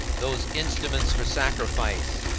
those instruments for sacrifice,